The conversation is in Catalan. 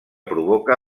provoca